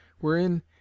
Wherein